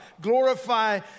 Glorify